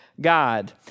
God